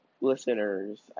listeners